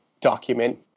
document